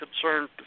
concerned